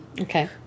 okay